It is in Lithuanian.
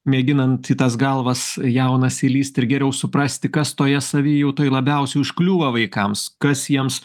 mėginant į tas galvas jaunas įlįsti ir geriau suprasti kas toje savijautoj labiausiai užkliūvo vaikams kas jiems